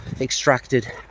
extracted